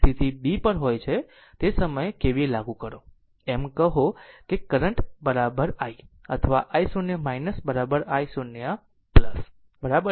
તેથી તે સમયે KVL લાગુ કરો એમ કહો કે તે કરંટ i અથવા i0 i0 i0 બરાબર છે